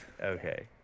okay